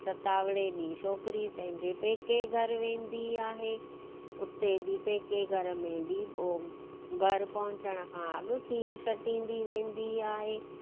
सतावड़े ॾींहुं छोकिरी पंहिंजे पेके घरु वेंदी आहे उते बि पेके घर में बि उहो घरु पहुचण खां अॻु खीर छ्टींदी वेंदी आहे